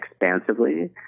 expansively